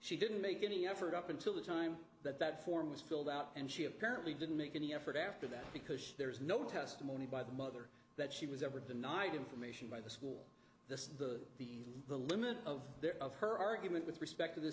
she didn't make any effort up until the time that that form was filled out and she apparently didn't make any effort after that because there is no testimony by the mother that she was ever denied information by the school the the the limit of their of her argument with respect t